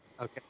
okay